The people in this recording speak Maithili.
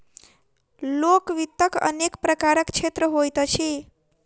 लोक वित्तक अनेक प्रकारक क्षेत्र होइत अछि